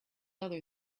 other